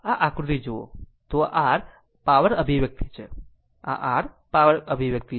આ આકૃતિ જોવો તો આ r પાવર અભિવ્યક્તિ છે આ r પાવર અભિવ્યક્તિ છે